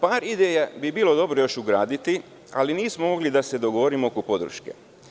Par ideja bi bilo dobro još ugraditi, ali nismo mogli da se dogovorimo oko podrške.